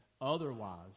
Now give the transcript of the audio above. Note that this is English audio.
Otherwise